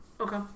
Okay